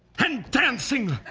and dancing?